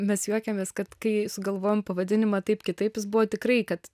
mes juokiamės kad kai sugalvojom pavadinimą taip kitaip jis buvo tikrai kad